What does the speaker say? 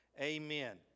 Amen